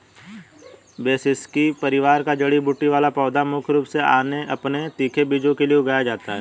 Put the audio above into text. ब्रैसिसेकी परिवार का जड़ी बूटी वाला पौधा मुख्य रूप से अपने तीखे बीजों के लिए उगाया जाता है